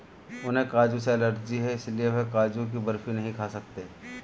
उन्हें काजू से एलर्जी है इसलिए वह काजू की बर्फी नहीं खा सकते